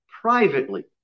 privately